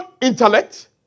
intellect